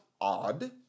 odd